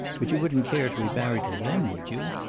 but you wouldn't care to be married to them, would you?